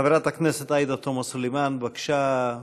חברת הכנסת עאידה תומא סלימאן, בבקשה,